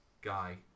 guy